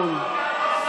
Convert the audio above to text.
שני דברים: רבותיי,